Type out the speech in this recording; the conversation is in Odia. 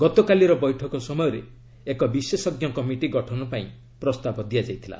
ଗତକାଲିର ବୈଠକ ସମୟରେ ଏକ ବିଶେଷଜ୍ଞ କମିଟି ଗଠନ ପାଇଁ ପ୍ରସ୍ତାବ ଦିଆଯାଇଥିଲା